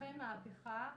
אכן מהפכה,